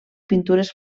pintures